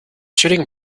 shooting